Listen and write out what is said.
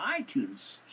iTunes